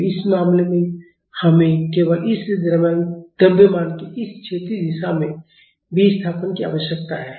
तो इस मामले में हमें केवल इस द्रव्यमान के इस क्षैतिज दिशा में विस्थापन की आवश्यकता है